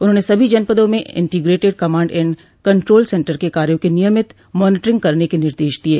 उन्होंने सभी जनपदों में integrated command and control centre के कार्यो की नियमित मानीटरिंग करने के निर्देश दिये